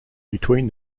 between